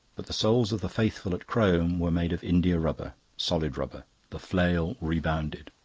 but the souls of the faithful at crome were made of india-rubber, solid rubber the flail rebounded.